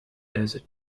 desert